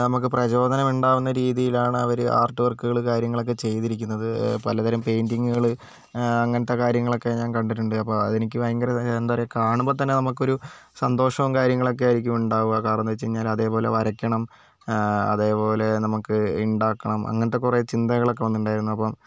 നമുക്ക് പ്രചോദനം ഉണ്ടാകുന്ന രീതിയിലാണ് അവർ ആർട്ട് വർക്കുകൾ കാര്യങ്ങളൊക്കെ ചെയ്തിരിക്കുന്നത് പലതരം പെയിൻറ്റിങ്ങുകൾ അങ്ങനത്തെ കാര്യങ്ങളൊക്കെ ഞാൻ കണ്ടിട്ടുണ്ട് അപ്പോൾ അതെനിക്ക് ഭയങ്കര എന്താണ് പറയുക കാണുമ്പോൾ തന്നെ നമുക്കൊരു സന്തോഷവും കാര്യങ്ങളും ഒക്കെയായിരിക്കും ഉണ്ടാവുക കാരണമെന്നു വെച്ച് കഴിഞ്ഞാൽ അതേപോലെ വരയ്ക്കണം അതേപോലെ നമുക്ക് ഉണ്ടാക്കണം അങ്ങനത്തെ കുറേ ചിന്തകളൊക്കെ വന്നിട്ടുണ്ടായിരുന്നു അപ്പം